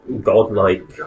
godlike